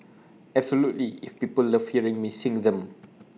absolutely if people love hearing me sing them